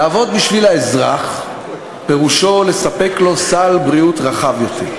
לעבוד בשביל האזרח פירושו לספק לו סל בריאות רחב יותר.